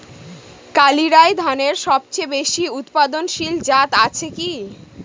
কালিরাই ধানের সবচেয়ে বেশি উৎপাদনশীল জাত আছে কি?